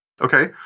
Okay